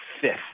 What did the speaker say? fifth